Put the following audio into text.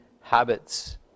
habits